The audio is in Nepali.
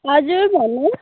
हजुर भन्नुहोस